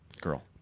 girl